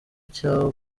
cyo